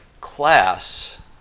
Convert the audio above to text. class